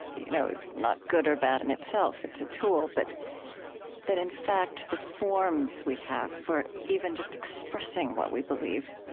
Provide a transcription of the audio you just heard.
you know, is not good or bad in itself it's a tool, but that in fact the forms we have for even just expressing what we believe